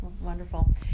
Wonderful